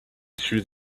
through